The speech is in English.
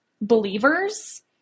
believers